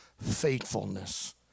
faithfulness